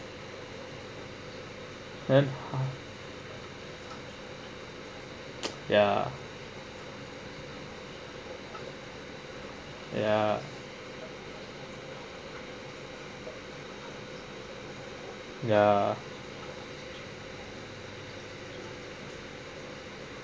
and I ya ya ya